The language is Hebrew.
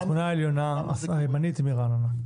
התמונה הימנית העליונה היא מרעננה.